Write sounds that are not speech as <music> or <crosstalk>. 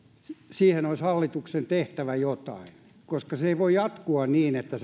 siihen olisi hallituksen tehtävä jotain koska se ei voi jatkua niin että <unintelligible>